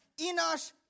Enosh